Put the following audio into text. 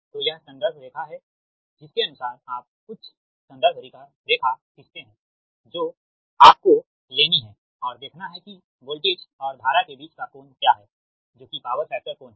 तो यह रेफ़रेंस रेखा है जिसके अनुसार आप कुछ संदर्भ रेखा खींचते हैं जो आपको लेनी है और देखना है कि वोल्टेज और धारा के बीच का कोण क्या है जो कि पावर फैक्टर कोण है